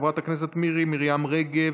חברת הכנסת מירי מרים רגב,